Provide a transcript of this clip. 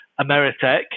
Ameritech